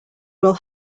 will